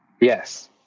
yes